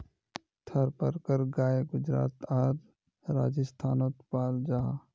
थारपारकर गाय गुजरात आर राजस्थानोत पाल जाहा